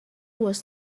was